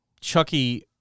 Chucky